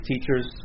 teachers